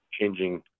changing